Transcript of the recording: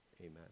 Amen